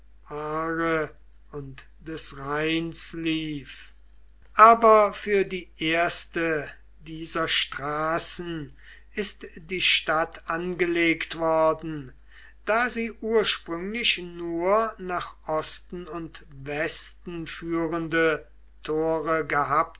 und des rheins lief aber für die erste dieser straßen ist die stadt angelegt worden da sie ursprünglich nur nach osten und westen führende tore gehabt